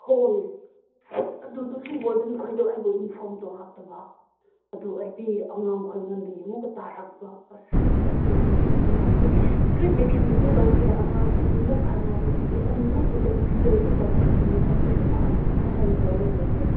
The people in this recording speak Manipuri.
ꯍꯣꯏ ꯑꯗꯨꯗꯨꯒꯤ ꯋꯥꯔꯗꯦꯟ ꯈꯣꯏꯕꯗꯣ ꯑꯩꯕꯨ ꯏꯟꯐꯣꯝ ꯇꯧꯔꯛꯇꯕ ꯑꯗꯨ ꯑꯩꯗꯤ ꯑꯉꯥꯡ ꯈꯣꯏꯉꯣꯟꯗꯒꯤ ꯑꯃꯨꯛꯀ ꯇꯥꯔꯛꯄ ꯑꯁ ꯑꯁꯦꯡꯕ ꯑꯗꯨꯃꯛꯇꯤ ꯏꯁꯇ꯭ꯔꯤꯛ ꯑꯦꯛꯁꯟꯕꯨꯗꯤ ꯂꯧꯈ꯭ꯔꯦ ꯑꯉꯥꯡ ꯑꯅꯤꯃꯨꯛ ꯈꯠꯅꯕꯒꯤꯗꯣ ꯑꯅꯤꯃꯨꯛꯄꯨꯗꯨ ꯑꯦꯛꯁꯄꯦꯜꯕꯨꯗꯤ ꯇꯧꯈ꯭ꯔꯕꯅꯦ ꯑꯩꯈꯣꯏꯁꯨ ꯐꯍꯟꯅꯤꯡꯉꯥꯏ ꯍꯥꯏꯅ ꯇꯧꯔ ꯂꯩꯔꯦ